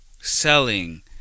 selling